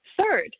Third